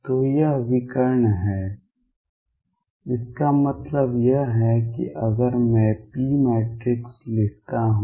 तो यह विकर्ण है इसका मतलब यह है कि अगर मैं p मैट्रिक्स लिखता हूं